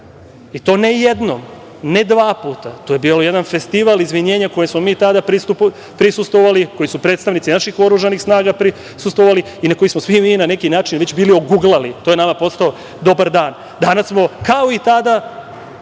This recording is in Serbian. i to ne jednom, ne dva puta, to je bio jedan festival izvinjenja kojima smo mi tada prisustvovali, kojima su predstavnici naših oružanih snaga prisustvovali i na koji smo svi mi, na neki način, već bili oguglali. To je nama postalo dobar dan. Danas smo, kao i tada,